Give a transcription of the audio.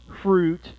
fruit